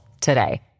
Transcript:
today